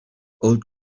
old